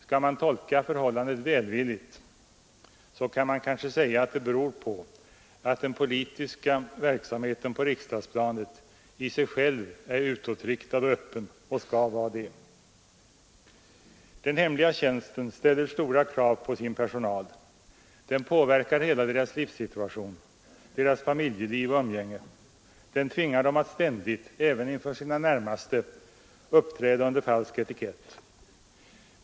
Skall man tolka förhållandet välvilligt, så kan man kanske säga att det beror på att den politiska verksamheten på riksdagsplanet är i sig själv utåtriktad och öppen och skall vara det. Den hemliga tjänsten ställer stora krav på sin personal. Den påverkar hela deras livssituation, deras familjeliv och umgänge, den tvingar dem att ständigt, även inför sina närmaste, uppträda under falsk etikett.